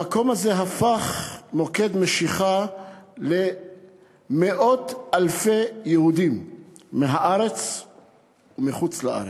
המקום הזה הפך מוקד משיכה למאות אלפי יהודים מהארץ ומחוץ-לארץ,